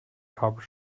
kabel